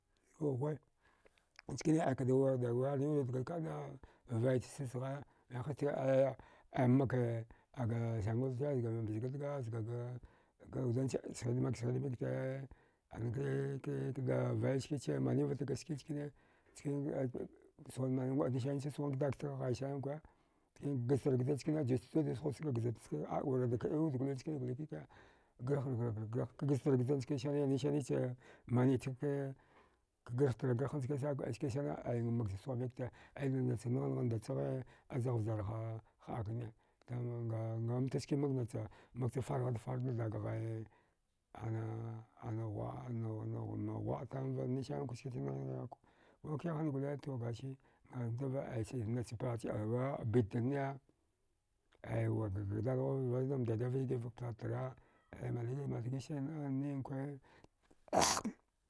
Gaghuwe aikda wayarnin wirwud dole kada vaita stada sghaya niwa hasta aya ay makai da sangwil sana zgaga mthida thga zgaga ga wudance sghidmik maksghid mikte anake ke kda vaiskiche manivat ga ski chkane sghuwada manwe ngəu nasanichi sghut ka dagtigh ghaisanin nkwa gajtar gja njkane jist jushusaga gjata chkane a. a wurada kəiwud gole chkani gole kike garh garh garh garh kagajtar gja nisanicha manitake kagartar garha nchkansane ay makcha szumikte ainacha nghangha ndachagha azaghcha vjarha həakne ngamta ske maknacha makcha farghartfar da danghaiye ana na ghuwa. a na na ghuwa. a tamva nisaninkwa skacha nghin ghiughe kukihangole to gasi dura ai sirnasanicha far iyalwa abitdanne ai wardaga dadha aya majlisa majlisanəa ninkwa.